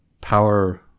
power